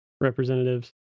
representatives